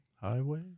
Highway